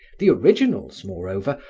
the originals, moreover,